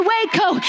Waco